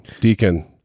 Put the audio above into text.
Deacon